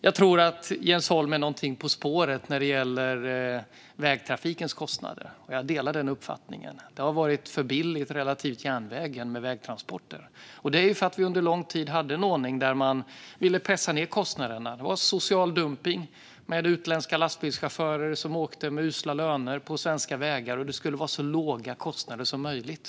Jag tror att Jens Holm är någonting på spåren när det gäller vägtrafikens kostnader. Jag delar den uppfattningen. Det har varit för billigt med vägtransporter relativt järnvägen. Det är för att vi under lång tid hade en ordning där man ville pressa ned kostnaderna - det var social dumpning med utländska lastbilschaufförer som åkte med usla löner på svenska vägar, och det skulle vara så låga kostnader som möjligt.